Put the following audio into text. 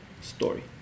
Story